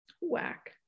Whack